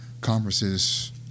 conferences